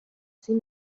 see